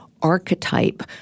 Archetype